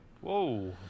whoa